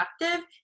productive